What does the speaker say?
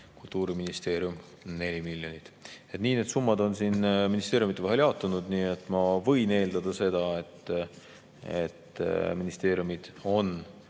Kultuuriministeerium 4 miljonit. Nii need summad on ministeeriumide vahel jaotunud, nii et ma võin eeldada seda, et ministeeriumid on